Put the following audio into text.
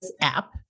app